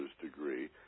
degree